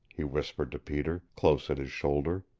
he whispered to peter, close at his shoulder.